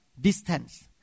distance